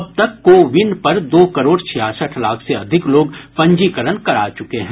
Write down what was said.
अब तक CoWIN पर दो करोड़ छियासठ लाख से अधिक लोग पंजीकरण करा चुके हैं